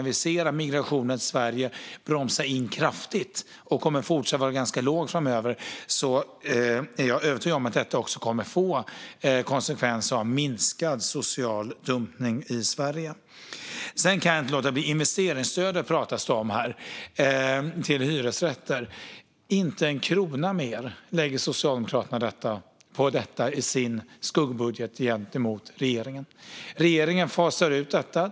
Vi ser att migrationen till Sverige bromsar in kraftigt och kommer att vara fortsatt ganska låg framöver, och jag är övertygad om att detta kommer att få konsekvensen att den sociala dumpningen minskar i Sverige. Sedan kan jag inte låta bli att nämna investeringsstödet till hyresrätter, som det har pratats om här. Inte en krona mer än regeringen lägger Socialdemokraterna på detta i sin skuggbudget. Regeringen fasar ut investeringsstödet.